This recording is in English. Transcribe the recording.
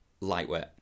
lightweight